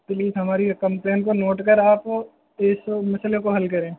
please ہماری یہ complain کو نوٹ کر آپ اس مسئلے کو حل کریں